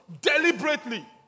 deliberately